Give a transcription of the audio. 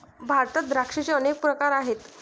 भारतात द्राक्षांचे अनेक प्रकार आहेत